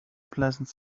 pleasant